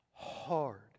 Hard